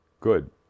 good